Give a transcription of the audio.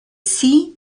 see